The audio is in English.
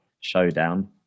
showdown